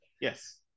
Yes